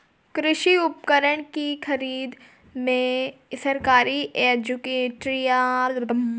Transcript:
कृषि उपकरण की खरीद में सरकारी एजेंसियों का कितना रोल है?